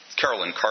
Carolyn